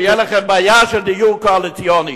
ותהיה לכם בעיה של דיור קואליציוני.